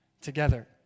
together